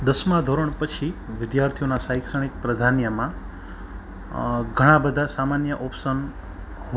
શહેરના અખબારોમાં ગ્રામીણ સમચારોને ઘણીવાર સચોટ રીતે નથી દર્શાવામાં આવતા